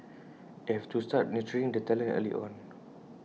and you have to start nurturing the talent early on